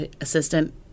Assistant